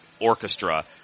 orchestra